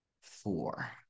four